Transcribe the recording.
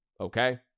okay